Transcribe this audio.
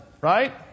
right